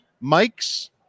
Mike's